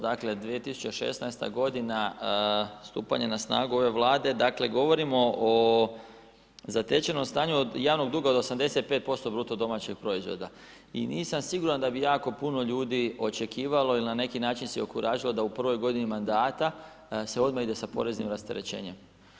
Dakle, 2016.-ta godina stupanja na snagu ove Vlade, dakle, govorimo o zatečenom stanju od javnog duga od 85% BDP-a i nisam siguran da bi jako puno ljudi očekivalo ili na neki način se okuražilo da u prvoj godini mandata se odmah ide sa poreznim rasterećenjem.